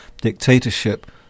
dictatorship